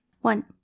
One